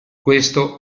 questo